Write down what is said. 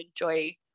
enjoy